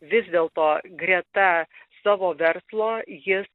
vis dėlto greta savo verslo jis